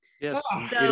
Yes